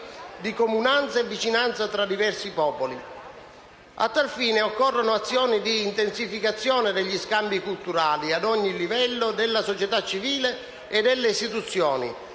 di comunanza e vicinanza tra i diversi popoli. A tal fine, occorrono azioni di intensificazione degli scambi culturali ad ogni livello della società civile e delle istituzioni,